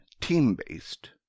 Team-based